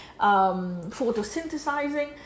photosynthesizing